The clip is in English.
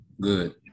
Good